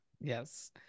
Yes